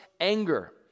anger